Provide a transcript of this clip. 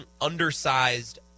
undersized